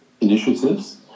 initiatives